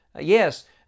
Yes